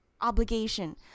obligation